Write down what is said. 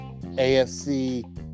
AFC